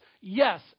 Yes